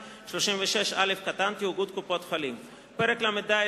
ו-36(א) (תאגוד קופות-החולים); פרק ל"ד,